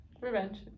Revenge